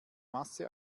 masse